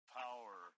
power